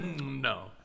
No